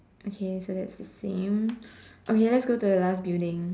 okay so that's the same okay let's go to the last building